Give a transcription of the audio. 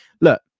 Look